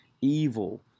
evil